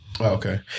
Okay